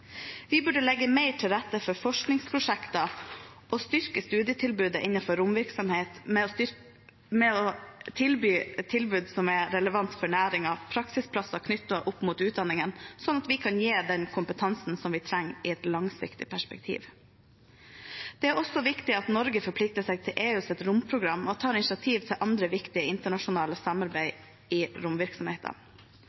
Vi burde legge mer til rette for forskningsprosjekter og styrke studietilbudet innenfor romvirksomhet ved å gi et tilbud som er relevant for næringen, praksisplasser knyttet opp mot utdanningen, sånn at vi kan gi den kompetansen som vi trenger i et langsiktig perspektiv. Det er også viktig at Norge forplikter seg til EUs romprogram og tar initiativ til andre viktige internasjonale samarbeid